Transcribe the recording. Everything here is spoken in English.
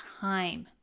time